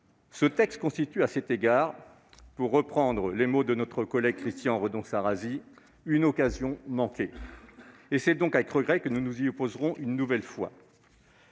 Ce texte constitue, à cet égard, pour reprendre les mots de notre collègue Christian Redon-Sarrazy, une occasion manquée, et c'est donc avec regret que nous nous y opposerons une nouvelle fois.